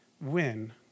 win